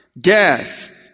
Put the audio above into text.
death